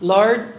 Lord